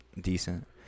decent